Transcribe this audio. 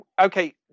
okay